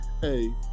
Hey